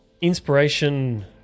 inspiration